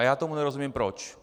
Já tomu nerozumím, proč.